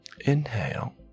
Inhale